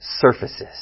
surfaces